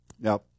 Now